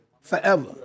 forever